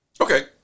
Okay